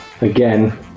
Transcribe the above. again